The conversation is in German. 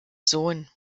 sohn